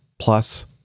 Plus